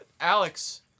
Alex